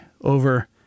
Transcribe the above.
over